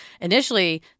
initially